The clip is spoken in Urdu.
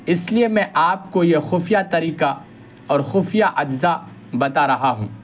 اس لیے میں آپ کو یہ خفیہ طریقہ اور خفیہ اجزاء بتا رہا ہوں